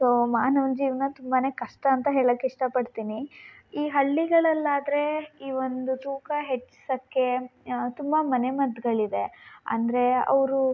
so ಮಾನವನ ಜೀವನ ತುಂಬಾ ಕಷ್ಟ ಅಂತ ಹೇಳಕ್ಕೆ ಇಷ್ಟಪಡ್ತೀನಿ ಈ ಹಳ್ಳಿಗಳಲ್ಲಾದರೆ ಈ ಒಂದು ತೂಕ ಹೆಚ್ಚಿಸಕ್ಕೆ ತುಂಬ ಮನೆಮದ್ದುಗಳಿದೆ ಅಂದರೆ ಅವರು